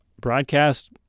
broadcast